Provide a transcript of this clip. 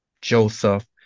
Joseph